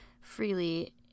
freely